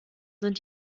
sind